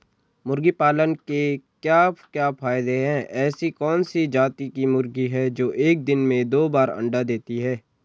मुर्गी पालन के क्या क्या फायदे हैं ऐसी कौन सी जाती की मुर्गी है जो एक दिन में दो बार अंडा देती है?